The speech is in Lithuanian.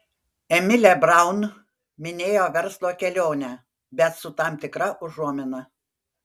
emilė braun minėjo verslo kelionę bet su tam tikra užuomina